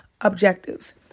objectives